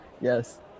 Yes